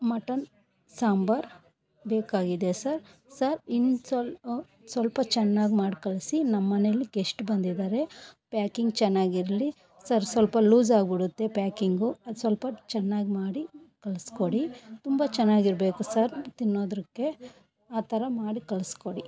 mutton sambar ಬೇಕಾಗಿದೆ sir sir ಇನ್ನು ಸ್ವಲ್ಪ ಸ್ವಲ್ಪ ಚೆನ್ನಾಗ್ ಮಾಡಿ ಕಳಿಸಿ ನಮ್ಮಮನೆಯಲ್ಲಿ ಗೆಸ್ಟ್ ಬಂದಿದಾರೆ ಪ್ಯಾಕಿಂಗ್ ಚೆನ್ನಾಗಿರ್ಲಿ ಸರ್ ಸ್ವಲ್ಪ ಲೂಸಾಗ್ಬಿಡುತ್ತೆ ಪ್ಯಾಕಿಂಗು ಅದು ಸ್ವಲ್ಪ ಚೆನ್ನಾಗ್ ಮಾಡಿ ಕಳಿಸ್ಕೊಡಿ ತುಂಬ ಚೆನ್ನಾಗಿರ್ಬೇಕು ಸರ್ ತಿನ್ನೋದಕ್ಕೆ ಆ ಥರ ಮಾಡಿ ಕಳಿಸ್ಕೊಡಿ